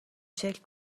شکل